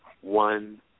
One